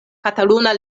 kataluna